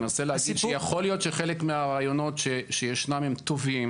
אני מנסה להגיד שיכול להיות שחלק מהרעיונות שישנם הם טובים